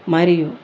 మరియు